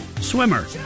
swimmer